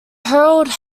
herald